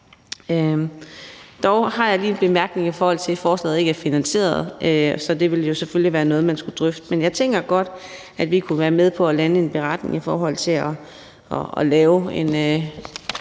Dog har jeg lige den bemærkning, at forslaget ikke er finansieret, så det ville jo selvfølgelig være noget, man skulle drøfte. Men jeg tænker godt, at vi kunne være med på at lande en beretning i forhold til at lave en